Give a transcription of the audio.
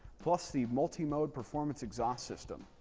plus the multimode performance exhaust system.